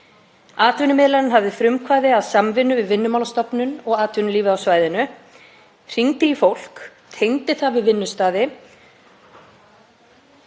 Atvinnumiðlarinn hafði frumkvæði að samvinnu við Vinnumálastofnun og atvinnulíf á svæðinu, hringdi í fólk, tengdi það við vinnustaði,